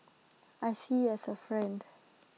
I see as A friend